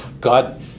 God